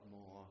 more